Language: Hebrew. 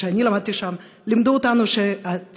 כשאני למדתי שם לימדו אותנו שהתקשורת